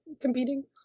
competing